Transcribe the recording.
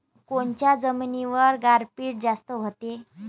कोनच्या जमिनीवर गारपीट जास्त व्हते?